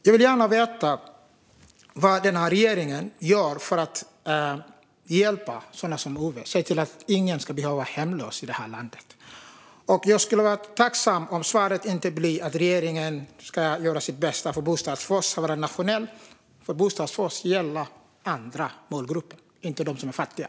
Jag vill gärna veta vad regeringen gör för att hjälpa sådana som Ove och se till att ingen ska behöva vara hemlös i det här landet. Jag skulle vara tacksam om svaret inte blir att regeringen ska göra sitt bästa för att Bostad först ska bli nationellt, för Bostad först gäller andra målgrupper - inte dem som är fattiga.